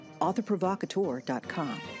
authorprovocateur.com